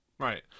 Right